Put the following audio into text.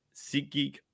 SeatGeek